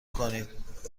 کنید